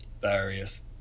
various